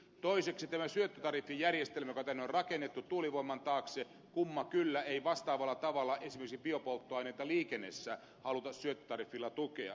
toiseksi tämä syöttötariffijärjestelmä joka tänne on rakennettu tuulivoiman taakse kumma kyllä ei vastaavalla tavalla esimerkiksi biopolttoainetta liikenteessä haluta syöttötariffilla tukea